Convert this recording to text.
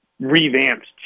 revamped